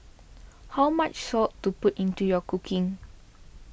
how much salt to put into your cooking